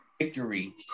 victory